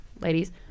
ladies